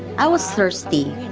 i was thirsty,